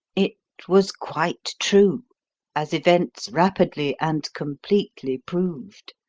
it was quite true as events rapidly and completely proved.